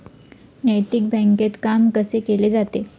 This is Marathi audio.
नैतिक बँकेत काम कसे केले जाते?